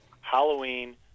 Halloween